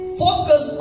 focus